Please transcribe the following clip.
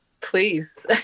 Please